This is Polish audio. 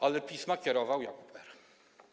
Ale pisma kierował Jakub R.